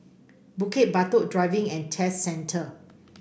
Bukit Batok Driving And Test Centre